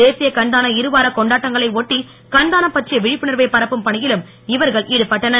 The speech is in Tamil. தேசிய கண்தான இருவார கொண்டாட்டங்களை ஒட்டி கண்தானம் பற்றிய விழிப்புணர்வை பரப்பும் பணியிலும் இவர்கள் ஈடுபட்டனர்